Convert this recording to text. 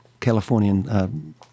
Californian